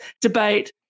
debate